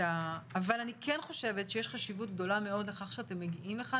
אבל אני כן חושבת שיש חשיבות גדולה מאוד לכך שאתם מגיעים לכאן